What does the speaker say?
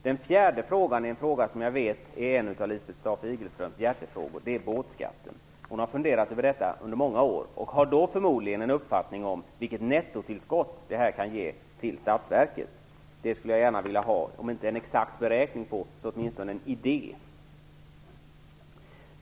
Den fjärde frågan är en fråga som jag vet är en av Lisbeth Staaf-Igelströms hjärtefrågor, nämligen båtskatten. Hon har funderat över den under många år och har förmodligen därför en uppfattning om vilket nettotillskott den kan ge till statsverket. Om detta skulle jag vilja ha, om inte en exakt beräkning, så åtminstone en idé.